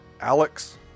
Alex